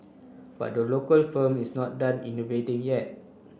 but the local firm is not done innovating yet